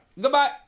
Goodbye